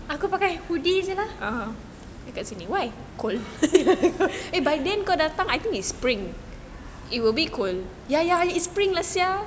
aku pakai hoodie jer lah ya ya it's spring lah sia